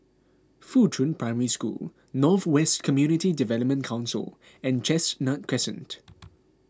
Fuchun Primary School North West Community Development Council and Chestnut Crescent